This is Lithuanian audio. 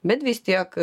bet vis tiek